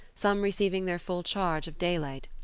some receiving their full charge of daylight,